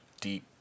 Deep